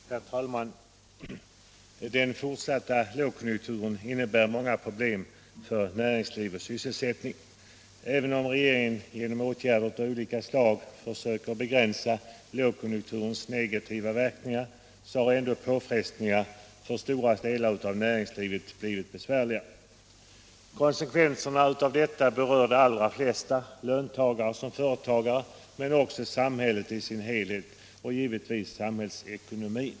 Herr talman! Den fortsatta lågkonjunkturen innebär många problem för näringsliv och sysselsättning. Även om regeringen genom åtgärder av olika slag försöker begränsa lågkonjunkturens negativa verkningar, så har ändå påfrestningarna för stora delar av näringslivet blivit besvärliga. Konsekvenserna av detta berör de allra flesta, löntagare som företagare, men också samhället i dess helhet och givetvis samhällsekonomin.